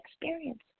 experience